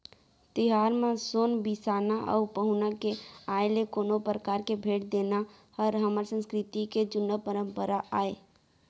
तिहार म सोन बिसाना अउ पहुना के आय ले कोनो परकार के भेंट देना हर हमर संस्कृति के जुन्ना परपंरा आय